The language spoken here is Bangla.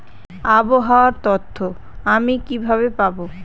আবহাওয়ার তথ্য আমি কিভাবে পাবো?